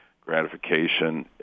gratification